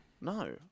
No